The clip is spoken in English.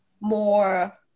more